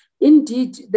Indeed